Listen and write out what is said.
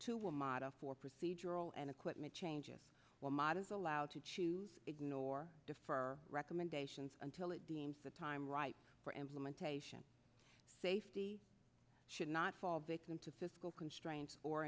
to a model for procedural and equipment changes or models allowed to choose ignore defer recommendations until it deems the time right for implementation safety should not fall victim to fiscal constraints or